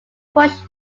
pushed